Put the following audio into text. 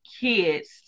kids